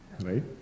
right